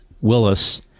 Willis